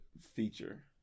feature